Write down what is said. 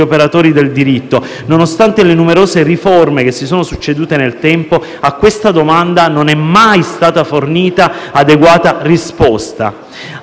operatori del diritto e nonostante le numerose riforme che si sono succedute nel tempo, a questa domanda non è mai stata fornita adeguata risposta.